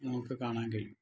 നമുക്ക് കാണാൻ കഴിയും